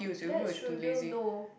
that should reveal no